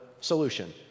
solution